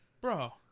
bro